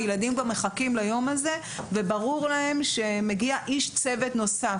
הילדים כבר מחכים ליום הזה וברור להם שמגיע איש צוות נוסף.